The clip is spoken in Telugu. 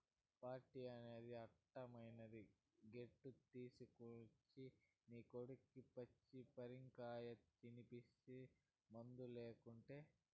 పార్టీ అని అడ్డమైన గెడ్డీ తినేసొచ్చిన నీ కొడుక్కి పచ్చి పరిందకాయ తినిపిస్తీ మందులేకుటే